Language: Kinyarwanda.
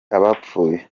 abapfuye